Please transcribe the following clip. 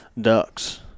Ducks